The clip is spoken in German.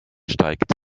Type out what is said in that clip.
steigt